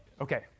Okay